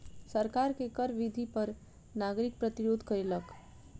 सरकार के कर वृद्धि पर नागरिक प्रतिरोध केलक